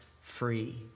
free